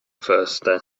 thirsty